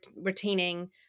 retaining